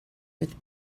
with